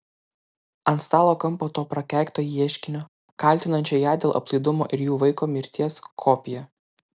ant stalo kampo to prakeikto ieškinio kaltinančio ją dėl aplaidumo ir jų vaiko mirties kopija